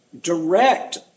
direct